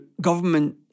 government